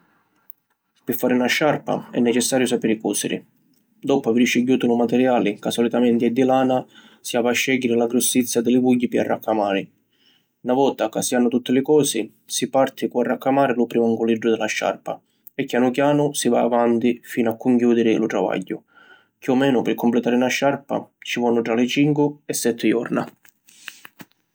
Pi fari na sciarpa è necessariu sapiri cusiri. Doppu aviri scigghiutu lu materiali ca solitamenti è di lana, si havi a scegghiri la grussizza di li vugghi pi arraccamari. Na vota ca si hannu tutti li cosi, si parti cu arraccamari lu primu anguliddu di la sciarpa e chianu chianu si va avanti finu a cunchiudiri lu travagghiu. Chiù o menu pi completari na sciarpa ci vonnu tra li cincu e setti jorna.